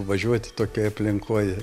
važiuoti tokioj aplinkoj